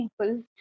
people